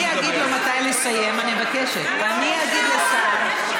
אני מבקש שתרד.